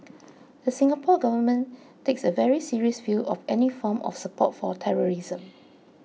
the Singapore Government takes a very serious view of any form of support for terrorism